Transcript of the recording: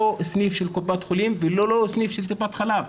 סניף של קופת חולים וללא סניף של קופת חלב.